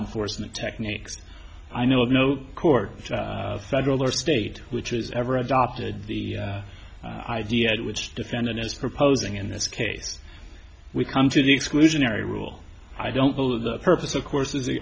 enforcement techniques i know of no court federal or state which has ever adopted the idea which defendant is proposing in this case we come to the exclusionary rule i don't believe the purpose of course is the